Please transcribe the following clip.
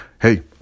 hey